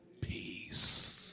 peace